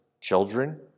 children